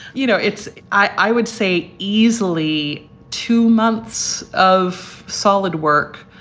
you know, it's i would say easily two months of solid work.